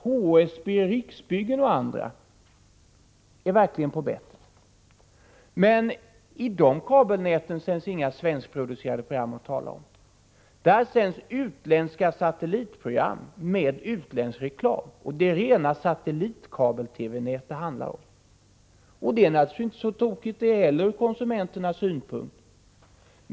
HSB, Riksbyggen och andra är verkligen på bettet. Men i dessa kabelnät sänds inga svenskproducerade program att tala om. Där sänds utländska satellitprogram med utländsk reklam. Det handlar om rena satellitkabel-TV-nät. Det är naturligtvis inte så tokigt det heller ur konsumenternas synpunkt.